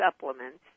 supplements